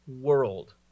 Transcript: world